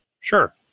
Sure